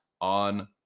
on